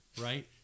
right